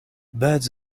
birds